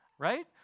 right